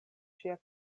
ŝia